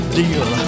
deal